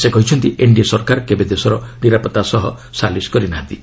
ସେ କହିଛନ୍ତି ଏନ୍ଡିଏ ସରକାର କେବେ ଦେଶର ନିରାପତ୍ତା ସହ ସାଲିସ୍ କରି ନାହାନ୍ତି